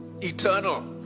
eternal